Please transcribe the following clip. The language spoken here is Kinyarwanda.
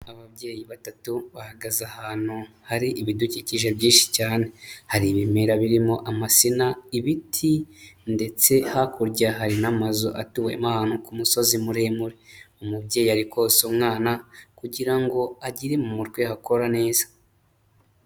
Ababyeyi batatu bahagaze ahantu hari ibidukikije byinshi cyane, hari ibimera birimo amasina, ibiti ndetse hakurya hari n'amazu atuwemo ahantu ku musozi muremure, umubyeyi ari konsa umwana kugira ngo agere mu mutwe hakora neza.